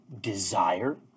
desire